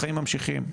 החיים ממשיכים,